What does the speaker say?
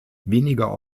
weniger